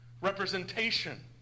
representation